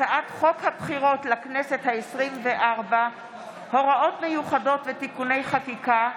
הצעת חוק הבחירות לכנסת העשרים-וארבע (הוראות מיוחדות ותיקוני חקיקה),